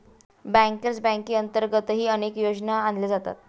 bankers बँकेअंतर्गतही अनेक योजना आणल्या जातात